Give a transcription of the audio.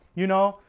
you know,